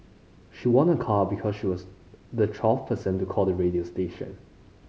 she won a car because she was the twelfth person to call the radio station